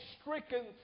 stricken